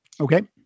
Okay